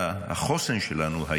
החוסן שלנו,